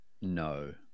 no